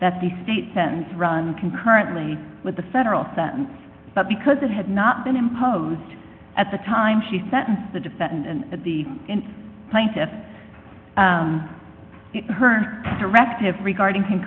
the state sentence run concurrently with the federal sentence but because it had not been imposed at the time she sentence the defendant and the plaintiffs her directive regarding